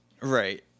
Right